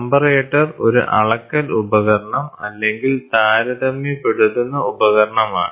comparator ഒരു അളക്കൽ ഉപകരണം അല്ലെങ്കിൽ താരതമ്യപ്പെടുത്തുന്ന ഉപകരണമാണ്